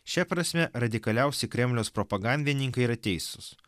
šia prasme radikaliausi kremliaus propagandininkai yra teisūs